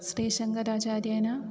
श्रीशङ्कराचार्येण